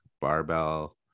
barbell